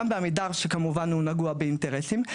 גם בעמידר שכמובן הוא נגוע באינטרסים,